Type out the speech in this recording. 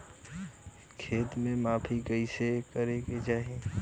खेत के माफ़ी कईसे करें के चाही?